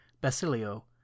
basilio